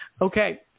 Okay